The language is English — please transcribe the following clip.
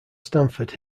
stamford